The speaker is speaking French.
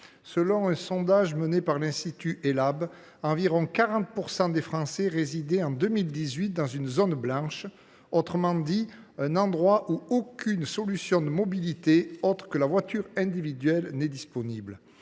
Selon un sondage de l’institut Elabe, en 2018, environ 40 % des Français résidaient dans une zone blanche, autrement dit un endroit où aucune solution de mobilité autre que la voiture individuelle n’est disponible.